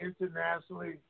internationally